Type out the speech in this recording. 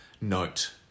note